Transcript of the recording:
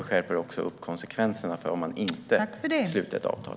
Vi skärper även konsekvenserna för om man inte sluter ett sådant avtal.